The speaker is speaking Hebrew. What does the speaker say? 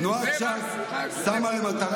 תנועת ש"ס שמה לה למטרה,